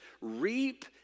reap